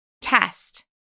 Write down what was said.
Test